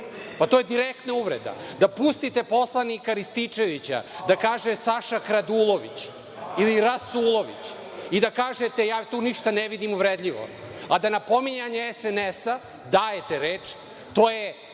Pa, to je direktna uvreda. Da pustite poslanika Rističevića da kaže Saša Kradulović ili Rasulović i da kažete ja tu ništa ne vidim uvredljivo, a da na pominjanje SNS-a dajete reč, to je